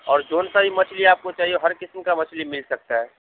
اور جون سا بھی مچھلی آپ کو چاہیے ہر قسم کا مچھلی مل سکتا ہے